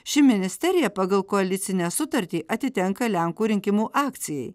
ši ministerija pagal koalicinę sutartį atitenka lenkų rinkimų akcijai